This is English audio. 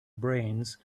brains